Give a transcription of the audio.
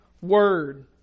word